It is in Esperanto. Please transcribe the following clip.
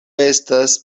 estas